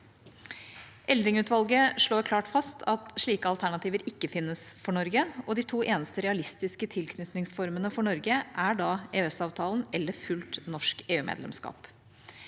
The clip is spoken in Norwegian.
Eldring-utvalget slår klart fast at slike alternativer ikke finnes for Norge. De to eneste realistiske tilknytningsformene for Norge er da EØS-avtalen eller fullt norsk EU-medlemskap.